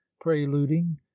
preluding